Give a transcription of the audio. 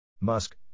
Musk